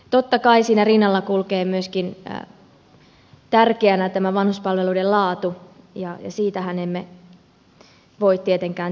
totta kai siinä rinnalla kulkee myöskin tärkeänä tämä vanhuspalveluiden laatu ja siitähän emme voi tietenkään tinkiä